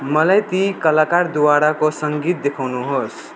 मलाई ती कलाकारद्वाराको सङ्गीत देखाउनुहोस्